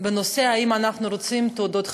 בשאלה אם אנחנו רוצים תעודות חכמות.